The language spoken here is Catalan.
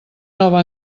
nova